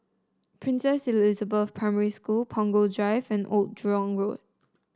Princess Elizabeth Primary School Punggol Drive and Old Jurong Road